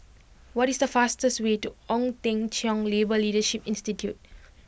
what is the fastest way to Ong Teng Cheong Labour Leadership Institute